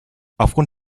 aufgrund